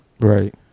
Right